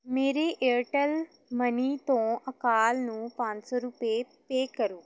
ਮੇਰੇ Airtel money ਤੋਂ ਅਕਾਲ ਨੂੰ ਪੰਜ ਸੌ ਰੁਪਏ ਪੇ ਕਰੋ